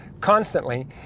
constantly